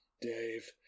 Dave